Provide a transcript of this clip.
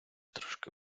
трошки